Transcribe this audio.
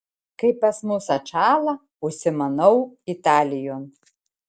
kai pas mus atšąla užsimanau italijon